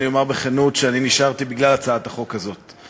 אני אומר בכנות שאני נשארתי בגלל הצעת החוק הזאת.